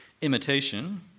imitation